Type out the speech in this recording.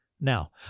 Now